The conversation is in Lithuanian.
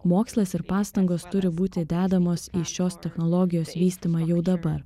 mokslas ir pastangos turi būti dedamos į šios technologijos vystymą jau dabar